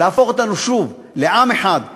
להפוך אותנו שוב לעם אחד חזק,